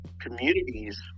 communities